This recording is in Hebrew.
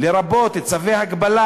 לרבות צווי הגבלה,